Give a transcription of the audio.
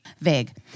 Vague